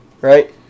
Right